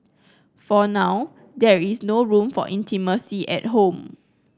for now there is no room for intimacy at home